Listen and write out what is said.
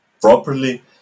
properly